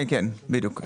כן, בדיוק.